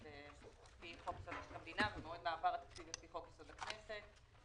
לפי חוק-יסוד: משק המדינה ומועד מעבר התקציב לפי חוק-יסוד: הכנסת.